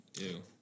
ew